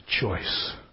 choice